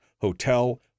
hotel